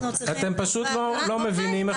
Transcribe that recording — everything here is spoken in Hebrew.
אתם פשוט לא מבינים איך זה בנוי.